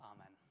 Amen